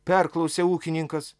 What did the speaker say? perklausė ūkininkas